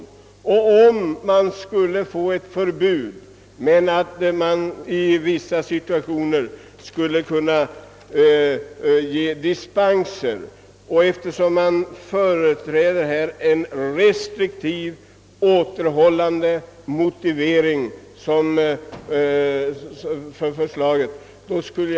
Jag anser därför -— som jag framhöll i ett tidigare anförande — att ett förbud mot investeringar, med möjlighet till dispens, skulle kunna införas. Motiveringen för de föreslagna åtgärderna är ju av restriktiv och återhållande karaktär.